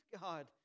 God